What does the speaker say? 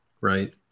right